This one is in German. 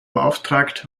beauftragt